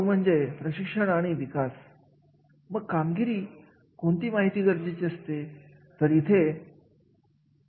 मग अशा व्यक्ती जर जबाबदारी घेत नसेल तर होणाऱ्या परिणामांची काळजी घेणार नसेल तर अशी व्यक्ती या जागेसाठी योग्य नाही